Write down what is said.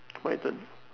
my turn